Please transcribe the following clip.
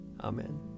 Amen